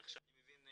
איך שאני מבין,